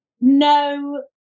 no